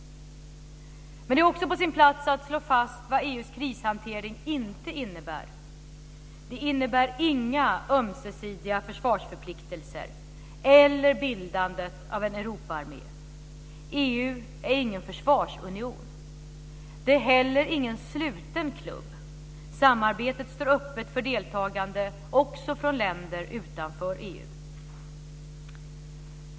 Det är också på sin plats att slå fast vad EU:s krishantering inte innebär: Det innebär inga ömsesidiga försvarsförpliktelser eller bildandet av en Europaarmé. EU är ingen försvarsunion. Den är heller ingen sluten klubb. Samarbetet står öppet för deltagande också från länder utanför EU.